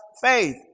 faith